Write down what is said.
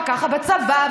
וככה בצבא,